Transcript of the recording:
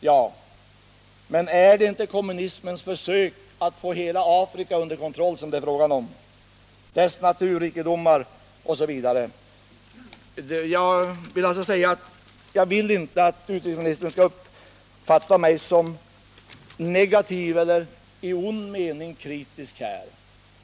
Ja, men är det inte fråga om ett försök från kommunismen att få hela Afrika med dess naturrikedomar under kontroll? Jag vill inte att utrikesministern skall uppfatta mig som negativ eller i ond mening kritisk.